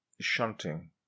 shunting